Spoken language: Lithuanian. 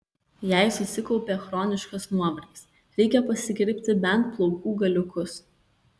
jei susikaupė chroniškas nuovargis reikia pasikirpti bent plaukų galiukus